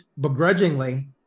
begrudgingly